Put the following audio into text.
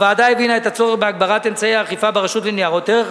הוועדה הבינה את הצורך בהגברת אמצעי האכיפה ברשות לניירות ערך,